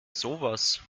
sowas